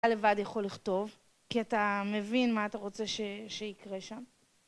אתה לבד יכול לכתוב, כי אתה מבין מה אתה רוצה שיקרה שם.